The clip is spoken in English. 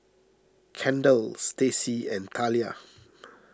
Kendal Stacy and Thalia